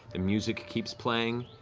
the music keeps playing,